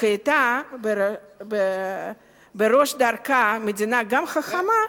שהיתה בראשית דרכה מדינה חכמה,